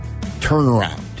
turnaround